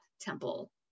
temple